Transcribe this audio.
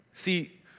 See